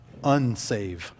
unsave